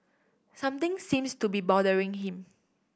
something seems to be bothering him